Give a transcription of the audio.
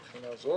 מהבחינה הזאת.